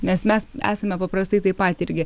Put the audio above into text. nes mes esame paprastai tai pat irgi